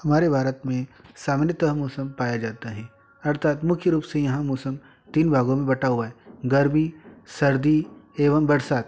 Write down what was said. हमारे भारत में सामान्यतः मौसम पाया जाता है अर्थात मुख्य रूप से यहाँ मौसम तीन भागों में बँटा हुआ है गर्मी सर्दी एवं बरसात